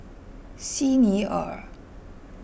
Xi Ni Er